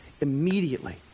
immediately